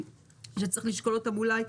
שצריך לשקול אותם אולי,